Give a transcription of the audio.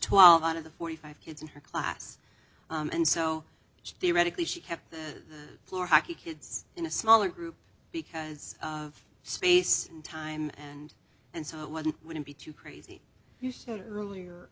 twelve out of the forty five kids in her class and so theoretically she kept the floor hockey kids in a smaller group because of space and time and and so it wasn't going to be too crazy you showed earlier